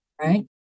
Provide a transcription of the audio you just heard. Right